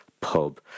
pub